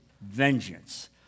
vengeance